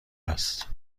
است